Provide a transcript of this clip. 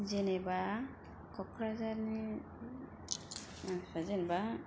जेनेबा क'क्राझारनि जेनेबा